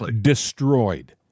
destroyed